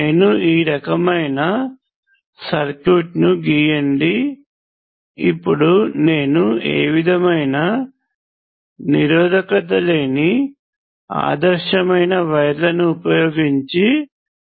నేను ఈ రకమైన సర్క్యూట్ను గీయండి ఇపుడు నేను ఏ విధమైన నిరోధకత లేని ఆదర్శమయిన వైర్లను వుపయోగించి సర్క్యూట్ ను డ్రా చేస్తాను